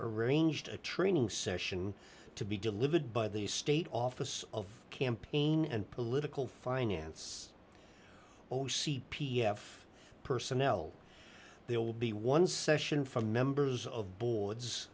arranged a training session to be delivered by the state office of campaign and political finance o c p f personnel there will be one session for members of boards